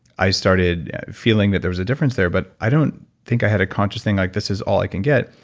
i started feeling that there was a difference there. but i don't think i had a conscious thing, like this is all i can get,